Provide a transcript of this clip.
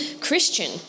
Christian